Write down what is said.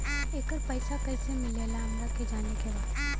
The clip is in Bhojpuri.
येकर पैसा कैसे मिलेला हमरा के जाने के बा?